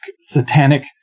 satanic